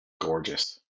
gorgeous